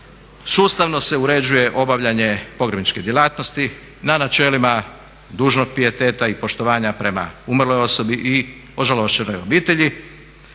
sustavno se uređuje obavljanje pogrebničke djelatnosti na načelima dužnog pijeteta i poštovanja prema umrloj osobi i ožalošćenoj obitelji,